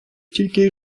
тільки